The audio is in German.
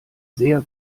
sehr